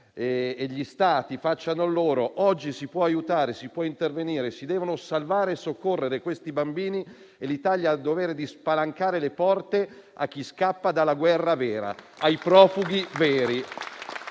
e gli Stati facciano la loro parte: oggi si può aiutare, si può intervenire, si devono salvare e soccorrere quei bambini e l'Italia ha il dovere di spalancare le porte a chi scappa dalla guerra vera, ai profughi veri.